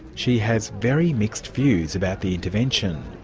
she has very mixed views about the intervention.